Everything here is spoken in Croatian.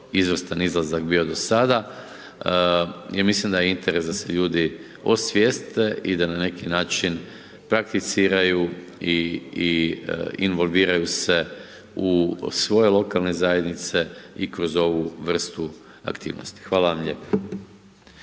izvrstan izlazak bio do sada, ja mislim da je interes da se ljudi osvijeste i da ne neki način prakticiraju i involviraju se u svoje lokalne zajednice i kroz ovu vrstu aktivnosti. Hvala vam lijepo.